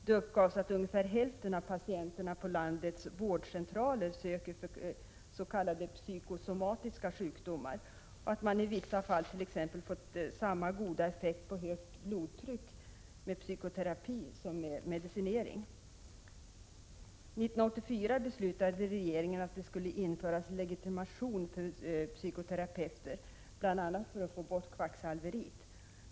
Det uppgavs att ungefär hälften av patienterna på landets vårdcentraler söker för s.k. psykosomatiska sjukdomar och att man i vissa fall, t.ex. när det gäller högt blodtryck, har fått samma goda effekt med psykoterapi som med medicinering. 1984 beslutade riksdagen att det skulle införas legitimation för psykoterapeuter, bl.a. för att få bort kvacksalveriet.